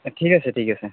ঠিক আছে ঠিক আছে